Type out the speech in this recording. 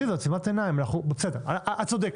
את צודקת.